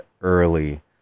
early